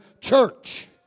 church